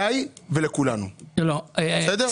אליי ולכולנו, בסדר?